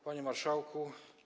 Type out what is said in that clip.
Panie Marszałku!